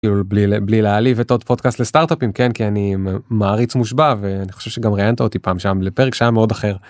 בלי להעליב את עוד פודקאסט לסטארטאפים כן כי אני מעריץ מושבע ואני חושב שגם ראיינת אותי פעם שם לפרק שהיה מאוד אחר.